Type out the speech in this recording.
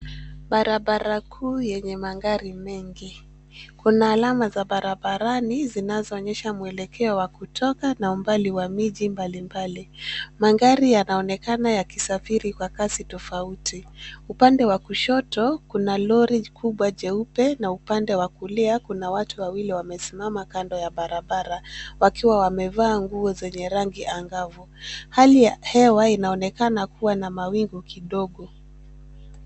Barabara kuu yenye magari mengi. Kuna alama za barabarani zinazoonyesha mwelekeo wa kutoka na umbali wa miji mbalimbali. Magari yanaonekana yakisafiri kwa kasi tofauti. Upande wa kushoto, kuna lori kubwa jeupe na upande wa kulia kuna watu wawili wamesimama kando ya barabara wakiwa wamevaa nguo zenye rangi angavu. Hali ya hewa inaonekana kuwa na mawingu kidogo.